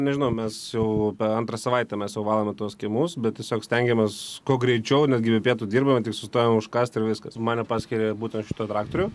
nežinau mes jau antrą savaitę mes jau valome tuos kiemus bet tiesiog stengiamės kuo greičiau netgi dirbame tik su ta užkasti ir viskas mane paskyrė būten šituo traktoriu